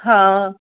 ਹਾਂ